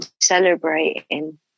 celebrating